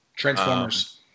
Transformers